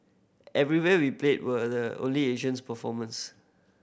everywhere we played were the only Asians performers